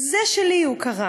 // 'זה שלי', הוא קרא.